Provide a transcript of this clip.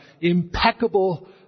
impeccable